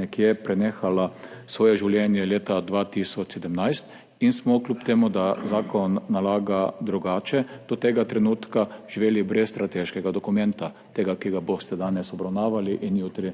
zadnje končalo nekje leta 2017 in smo, kljub temu da zakon nalaga drugače, do tega trenutka živeli brez strateškega dokumenta, tega, ki ga boste danes obravnavali in za